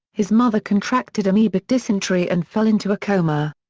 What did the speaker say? his mother contracted amoebic dysentery and fell into a coma.